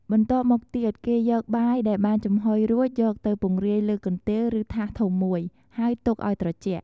បន្ទាប់មកទៀតគេយកបាយដែលបានចំហុយរួចយកទៅពង្រាយលើកន្ទេលឬថាសធំមួយ ហើយទុកឲ្យត្រជាក់។